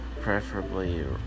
preferably